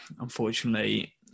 unfortunately